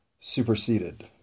superseded